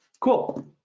Cool